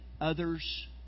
others